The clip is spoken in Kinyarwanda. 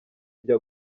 ibyo